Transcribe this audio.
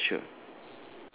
ya ya sure